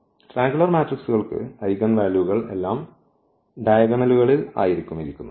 ത്രികോണാകൃതിയിലുള്ള മാട്രിക്സ്കൾക്ക് ഐഗൻവാല്യൂകൾ എല്ലാം ഡയഗണലുകളിൽ ആയിരിക്കും ഇരിക്കുന്നത്